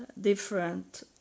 different